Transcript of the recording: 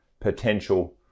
potential